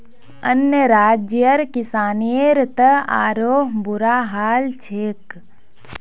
अन्य राज्यर किसानेर त आरोह बुरा हाल छेक